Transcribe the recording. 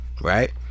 right